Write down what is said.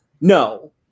no